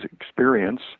Experience